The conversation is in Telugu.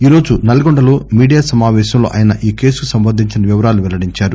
ఈరోజు నల్గొండలో మీడియా సమాపేశంలో ఆయన ఈ కేసుకు సంబంధించిన వివరాలు వెల్లడించారు